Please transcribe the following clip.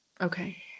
okay